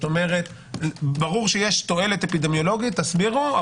ברור שיש תועלת אפידמיולוגית - תסבירו,